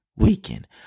weekend